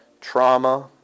trauma